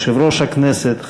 יושב-ראש הכנסת,